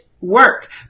work